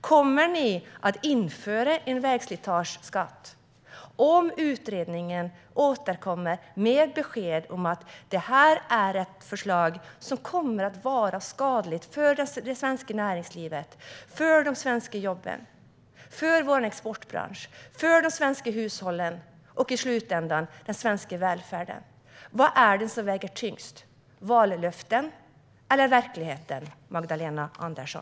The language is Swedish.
Kommer ni att införa en vägslitageskatt om utredningen återkommer med besked om att det här är ett förslag som kommer att vara skadligt för det svenska näringslivet, för de svenska jobben, för vår exportbransch, för de svenska hushållen och i slutändan för den svenska välfärden? Vad är det som väger tyngst - vallöftena eller verkligheten, Magdalena Andersson?